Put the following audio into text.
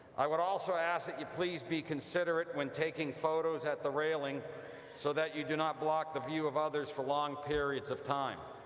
i would also ask that you please be considerate when taking photos at the railing so that you do not block the view of others for long periods of time.